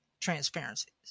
transparencies